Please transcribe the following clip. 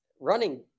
running